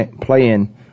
playing